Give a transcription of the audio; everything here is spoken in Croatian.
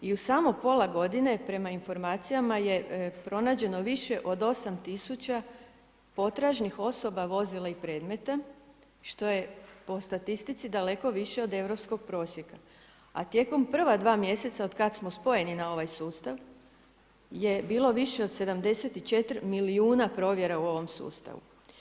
I u samo pola godine prema informacijama je pronađeno više od 8 000 potražnih osoba, vozila i predmeta što je po statistici daleko više od europskog prosjeka a tijekom prva mjeseca od kad smo spojeni na ovaj sustav je bilo više od 74 milijuna provjera u ovom sustavu.